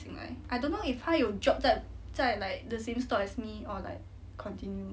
进来 I don't know if 他有 job 在在 like the same store as me or like continue